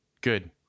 Good